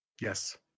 Yes